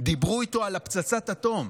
דיברו איתו על פצצת האטום.